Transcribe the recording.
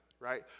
right